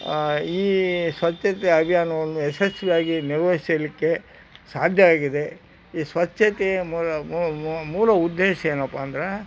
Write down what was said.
ಈ ಸ್ವಚ್ಛತೆಯ ಅಭಿಯಾನವನ್ನು ಯಶಸ್ವಿಯಾಗಿ ನಿರ್ವಹಿಸಲಿಕ್ಕೆ ಸಾಧ್ಯ ಆಗಿದೆ ಈ ಸ್ವಚ್ಛತೆಯ ಮೂಲ ಮೂಲ ಉದ್ದೇಶ ಏನಪ್ಪ ಅಂದ್ರೆ